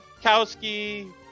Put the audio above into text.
Kowski